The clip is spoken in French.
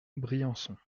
briançon